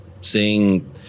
seeing